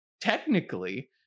technically